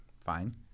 Fine